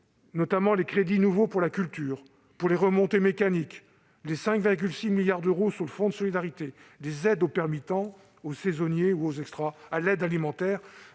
notamment les crédits nouveaux pour la culture et pour les remontées mécaniques, les 5,6 milliards d'euros pour le fonds de solidarité, les aides aux permittents, aux saisonniers ou aux extras -, jugeant